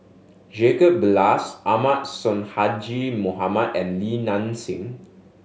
Jacob Ballas Ahmad Sonhadji Mohamad and Li Nanxing